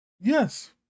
Yes